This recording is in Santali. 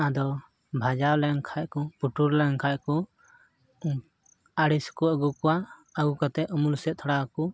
ᱟᱫᱚ ᱵᱟᱡᱟᱣ ᱞᱮᱱᱠᱷᱟᱡ ᱠᱚ ᱯᱩᱴᱩᱨ ᱞᱮᱱᱠᱷᱟᱡ ᱠᱚ ᱟᱞᱮ ᱥᱮᱫ ᱠᱚ ᱟᱹᱜᱩ ᱠᱚᱣᱟ ᱟᱹᱜᱩ ᱠᱟᱛᱮ ᱩᱢᱩᱞ ᱥᱮᱫ ᱛᱷᱚᱲᱟ ᱠᱚ